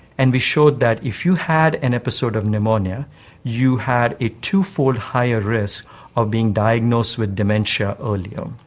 and we showed that if you had an episode of pneumonia you had a two-fold higher risk of being diagnosed with dementia earlier,